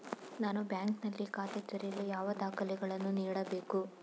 ನಾನು ಬ್ಯಾಂಕ್ ನಲ್ಲಿ ಖಾತೆ ತೆರೆಯಲು ಯಾವ ದಾಖಲೆಗಳನ್ನು ನೀಡಬೇಕು?